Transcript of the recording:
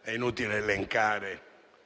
È inutile elencare